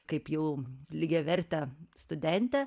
kaip jau lygiavertę studentę